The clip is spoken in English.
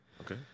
Okay